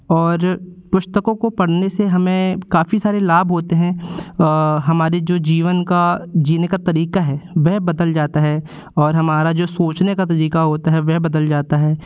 और पुस्तकों को पढ़ने से हमें काफ़ी सारे लाभ होते हैं हमारे जो जीवन का जीने का तरीका है वह बदल जाता है और हमारा जो सोचने का तरीका होता है वह बदल जाता है